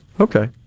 Okay